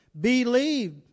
believe